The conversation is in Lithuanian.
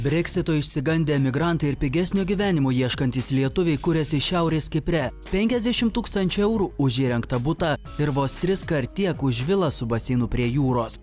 breksito išsigandę emigrantai ir pigesnio gyvenimo ieškantys lietuviai kuriasi šiaurės kipre penkiasdešimt tūkstančių eurų už įrengtą butą ir vos triskart tiek už vilą su baseinu prie jūros